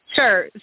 Sure